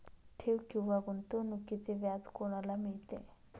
ठेव किंवा गुंतवणूकीचे व्याज कोणाला मिळते?